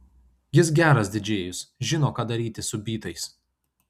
jis geras didžėjus žino ką daryti su bytais